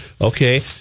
Okay